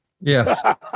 Yes